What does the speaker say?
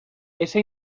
esa